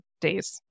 days